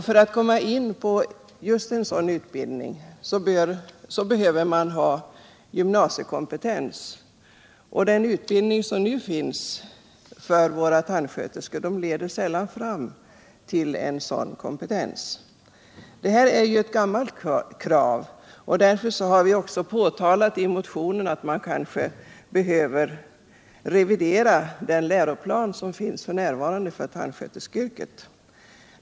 För att komma in på utbildningen till tandhygienist behöver man ha gymnasiekompetens, och den utbildning som nu finns för våra tandsköterskor leder sällan fram till en sådan kompetens. Det är ett gammalt krav att så skall bli fallet, och därför har vi påpekat i motionen att man kanske behöver revidera den läroplan som nu finns när det gäller tandsköterskeyrket.